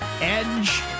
edge